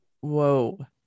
Whoa